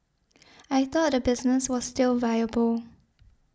I thought the business was still viable